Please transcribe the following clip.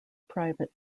private